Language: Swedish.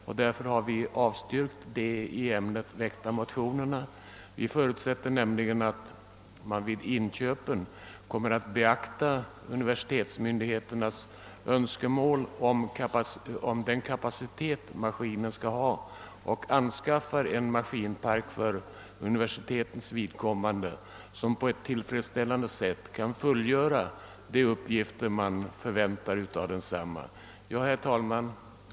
Av den anledningen har vi avstyrkt de i ämnet avgivna motionerna. Vi förutsätter nämligen att man vid inköpen kommer att beakta universitetsmyndigheternas önskemål om den kapacitet maskinerna bör ha och anskaffar en maskinpark som på ett tillfredsställande sätt kan fullgöra de uppgifter man för universitetens vidkommande förväntar av datamaskinerna. Herr talman!